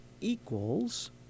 Equals